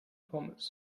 pommes